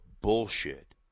bullshit